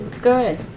good